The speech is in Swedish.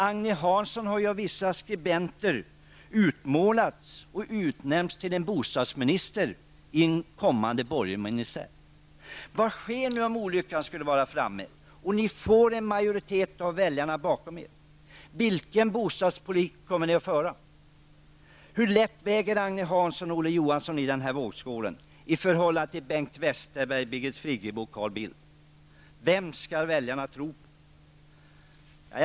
Agne Hansson har av vissa skribenter utnämnts till bostadsminister i en kommande borgerlig ministär. Vad sker om olyckan nu skulle vara framme och ni får en majoritet av väljarna bakom er? Vilken bostadspolitik kommer ni att föra? Hur lätt väger Agne Hansson och Olof Johansson i vågskålen i förhållande till Bengt Westerberg, Birgit Friggebo och Carl Bildt? Vem skall väljarna tro på?